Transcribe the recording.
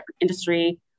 industry